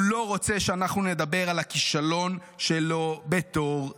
הוא לא רוצה שאנחנו נדבר על הכישלון שלו בתור שר.